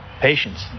patience